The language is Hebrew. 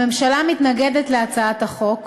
הממשלה מתנגדת להצעת החוק.